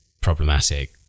problematic